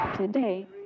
Today